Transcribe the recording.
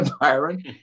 Byron